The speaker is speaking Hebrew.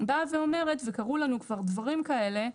באה ואומרת, וקרו לנו כבר דברים כאלה,